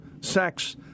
sex